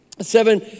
Seven